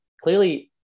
clearly